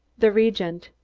the regent.